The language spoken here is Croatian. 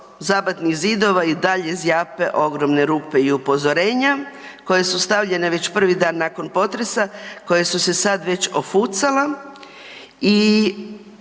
zabatnih zidova i dalje zjape ogromne rupe i upozorenja koje su stavljene već prvi dan nakon potresa koje su se sad već ofucala i